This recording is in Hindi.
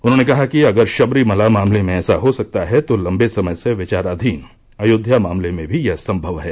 उन्होंने कहा कि अगर शबरीमला मामले में ऐसा हो सकता है तो लंबे समय से विचाराधीन अयोध्या मामले में भी यह संभव है